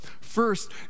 First